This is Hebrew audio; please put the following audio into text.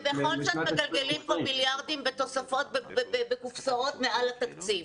ובכל זאת מגלגלים פה מיליארדים בתוספות ובקופסאות מעל התקציב.